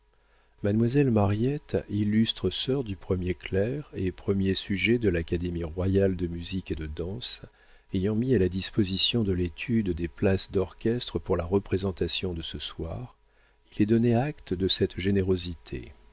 mademoiselle mariette illustre sœur du premier clerc et premier sujet de l'académie royale de musique et de danse ayant mis à la disposition de l'étude des places d'orchestre pour la représentation de ce soir il est donné acte de cette générosité